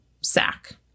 sack